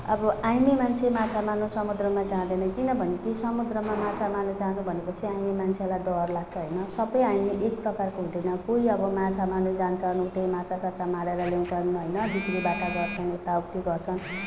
अब आइमाई मान्छे माछा मार्नु समुद्रमा जाँदैन किनभने ती समुद्रमा माछा मार्नु जानु भनेपछि आइमाई मान्छेलाई डर लाग्छ होइन सबै आइमाई एकप्रकारको हुँदैन कोही अब माछा मार्नु जान्छन् उतै माछासाछा मारेर ल्याउँछन् होइन बिक्रिबाटा गर्छन् यताउती गर्छन्